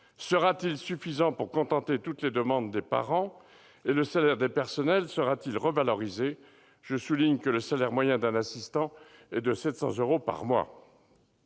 Sera-t-il suffisant pour contenter toutes les demandes des parents ? Le salaire des personnels sera-t-il revalorisé ? Je le souligne, le salaire moyen d'un assistant est de 700 euros par mois.